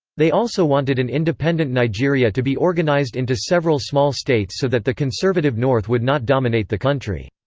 they also wanted an independent nigeria to be organized into several small states so that the conservative north would not dominate the country.